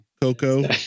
Coco